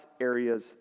areas